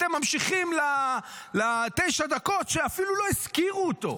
אתם ממשיכים לתשע דקות שאפילו לא הזכירו אותו,